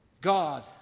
God